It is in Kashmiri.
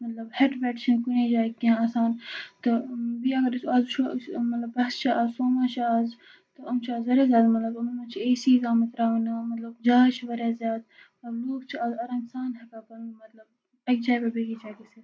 مطلب ہٮ۪ٹہٕ وٮ۪ٹہٕ چھَنہٕ کُنی جایہِ کیٚنٛہہ آسان تہٕ بیٚیہِ اگر أسۍ آز وٕچھو أسۍ مطلب بَس چھِ آز سومو چھِ آز تہٕ یِم چھِ آز واریاہ زیادٕ مطلب یِمَن منٛز چھِ اے سی یِز آمٕتۍ ترٛاونہٕ مطلب جاے چھِ واریاہ زیادٕ مطلب لوٗکھ چھِ آز آرام سان ہٮ۪کان پَنُن مطلب اَکہِ جایہِ پٮ۪ٹھ بیٚکِس جایہِ گٔژھِتھ